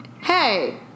Hey